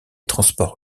transports